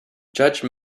judge